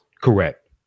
correct